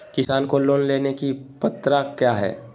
किसान को लोन लेने की पत्रा क्या है?